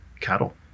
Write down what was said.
cattle